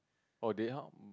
or they help